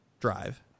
drive